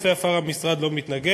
לעודפי עפר המשרד לא מתנגד.